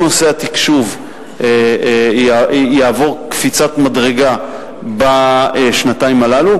כל נושא התקשוב יעבור קפיצת מדרגה בשנתיים הללו,